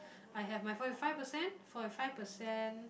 I have my forty five percent forty five percent